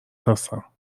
هستم